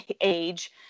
age